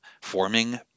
forming